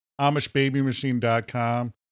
AmishBabyMachine.com